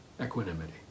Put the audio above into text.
equanimity